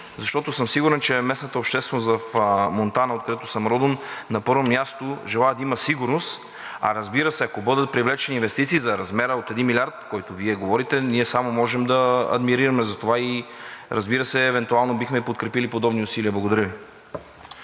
защото съм сигурен, че местната общественост в Монтана, откъдето съм родом, на първо място желае да има сигурност, а, разбира се, ако бъдат привлечени инвестиции в размера от един милиард, за който Вие говорите, ние само можем да адмирираме за това и, разбира се, евентуално бихте подкрепили подобни усилия. Благодаря Ви.